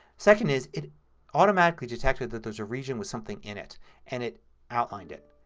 second is it automatically detected that there's a region with something in it and it outlined it.